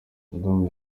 madamu